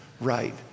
right